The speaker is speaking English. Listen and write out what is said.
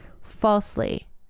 falsely